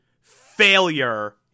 failure